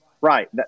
Right